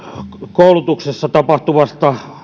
koulutuksessa tapahtuvaan